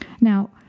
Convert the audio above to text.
Now